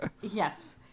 Yes